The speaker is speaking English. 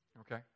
okay